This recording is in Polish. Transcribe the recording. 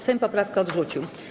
Sejm poprawkę odrzucił.